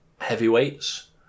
heavyweights